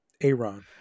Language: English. Aaron